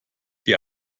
die